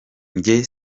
njye